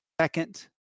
second